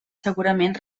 segurament